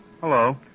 Hello